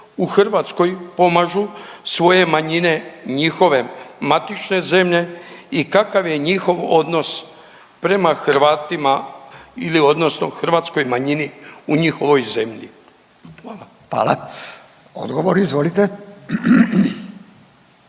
u Hrvatskoj pomažu svoje manjine njihove matične zemlje i kakav je njihov odnos prema Hrvatima ili odnosno hrvatskoj manjini u njihovoj zemlji? Hvala. **Radin,